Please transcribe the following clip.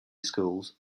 schools